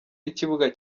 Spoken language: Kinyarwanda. y’ikibuga